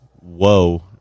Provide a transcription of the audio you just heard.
Whoa